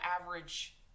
average